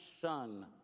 son